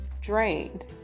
drained